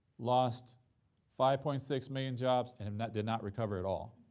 lost five point six million jobs, and um that did not recover at all